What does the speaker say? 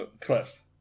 cliff